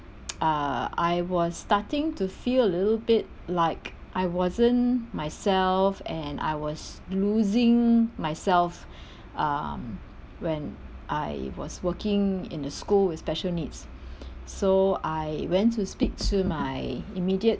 uh I was starting to feel a little bit like I wasn't myself and I was losing myself um when I was working in a school with special needs so I went to speak to my immediate